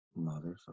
Motherfucker